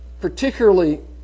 particularly